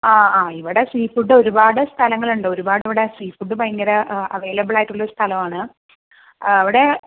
ആ ആ ഇവിടെ സീഫുഡ് ഒരുപാട് സ്ഥലങ്ങളുണ്ട് ഒരുപാട് ഇവിടെ സീഫുഡ് ഭയങ്കര അവൈലബിൾ ആയിട്ടുള്ള സ്ഥലമാണ് അവിടെ